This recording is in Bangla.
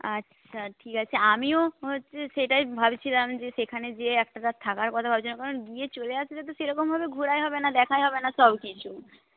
আচ্ছা ঠিক আছে আমিও হচ্ছে সেইটাই ভাবছিলাম যে সেখানে যেয়ে একটা রাত থাকার কথা ভাবছিলাম কারণ গিয়ে চলে আসলে তো সেরকমভাবে ঘোরাই হবে না দেখাই হবে না সবকিছু